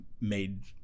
made